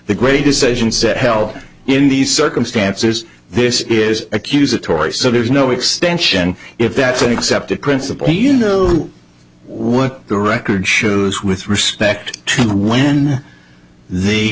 the great decisions that help in these circumstances this is accusatory so there's no extension if that's an accepted principle and you know what the record shows with respect to when the